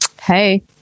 Hey